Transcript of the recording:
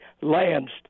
lanced